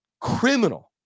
criminal